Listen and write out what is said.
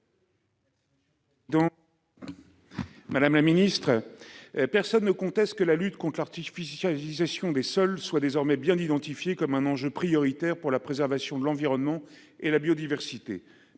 Madame la Ministre. Personne ne conteste que la lutte conte l'artificialisation des sols soit désormais bien identifié comme un enjeu prioritaire pour la préservation de l'environnement et la biodiversité.